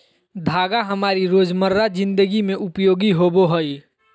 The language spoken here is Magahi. धागा हमारी रोजमर्रा जिंदगी में उपयोगी होबो हइ